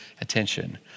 attention